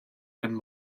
and